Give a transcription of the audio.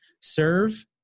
serve